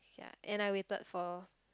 ya and I waited for